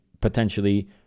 potentially